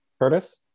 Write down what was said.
Curtis